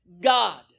God